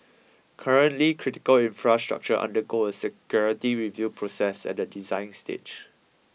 currently critical infrastructure undergo a security review process at the design stage